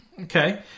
okay